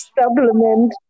supplement